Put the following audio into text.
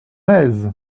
aise